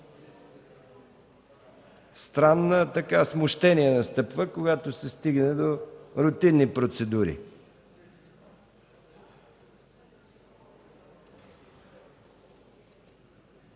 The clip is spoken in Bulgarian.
Странно смущение настъпва, когато се стигне до рутинни процедури.